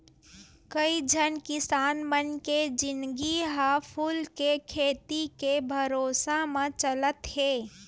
कइझन किसान मन के जिनगी ह फूल के खेती के भरोसा म चलत हे